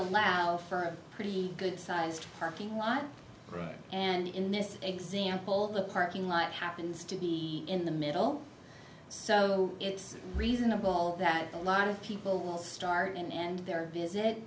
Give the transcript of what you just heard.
allow for a pretty good sized parking lot and in this example the parking lot happens to be in the middle so it's reasonable that a lot of people will start and end their visit